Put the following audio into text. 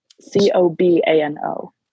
C-O-B-A-N-O